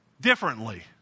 Differently